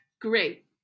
great